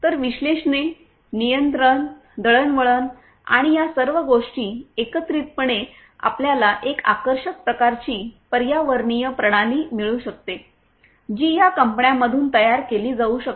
तर विश्लेषणे नियंत्रण दळणवळण आणि या सर्व गोष्टी एकत्रितपणे आपल्याला एक आकर्षक प्रकारची पर्यावरणीय प्रणाली मिळू शकते जी या कंपन्यांमधून तयार केली जाऊ शकते